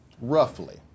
Roughly